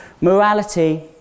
morality